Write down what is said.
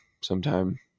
sometime